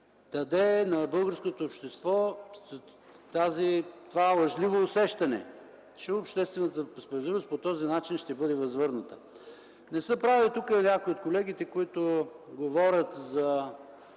даде на българското общество това лъжливо усещане – че обществената справедливост по този начин ще бъде възвърната. Не са прави тук някои от колегите, които говорят,